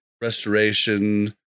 restoration